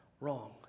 Wrong